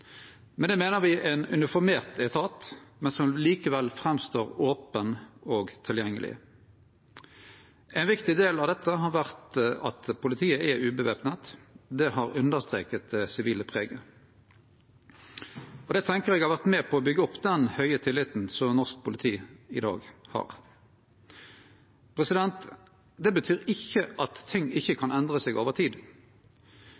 det meiner me ein uniformert etat, men som likevel framstår open og tilgjengeleg. Ein viktig del av dette har vore at politiet er uvæpna. Det har understreka det sivile preget. Det tenkjer eg har vore med på å byggje opp den høge tilliten som norsk politi i dag har. Det betyr ikkje at ting ikkje